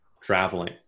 traveling